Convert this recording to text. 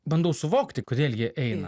bandau suvokti kodėl jie eina